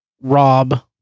rob